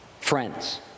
Friends